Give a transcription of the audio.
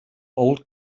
old